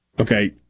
Okay